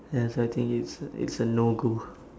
ya so I think it's a it's a no go